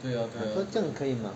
so 这样可以吗